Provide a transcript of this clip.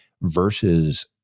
versus